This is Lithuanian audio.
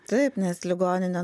taip nes ligoninė